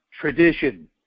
tradition